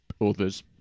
others